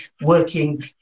working